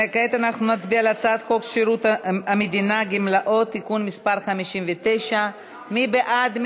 נצביע על הצעת חוק שירות המדינה (גמלאות) (תיקון מס' 59). מי בעד?